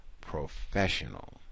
professional